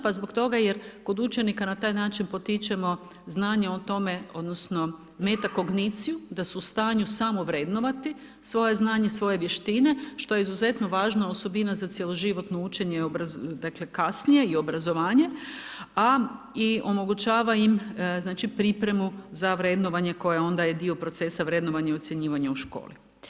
Pa zbog toga jer kod učenika na taj način potičemo znanje o tome, odnosno metakogniciju, da su u stanju samovrednovati svoje znanje svoje vještine, što je izuzetno važna osobina za cjeloživotno učenje i dakle, kasnije i obrazovanje, a i omogućava im pripremu za vrednovanje koje onda je dio procesa vrednovanja i ocjenjivanja u školi.